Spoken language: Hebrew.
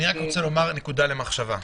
נקודה למחשבה.